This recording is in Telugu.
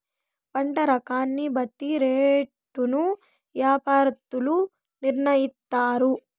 పంట రకాన్ని బట్టి రేటును యాపారత్తులు నిర్ణయిత్తారు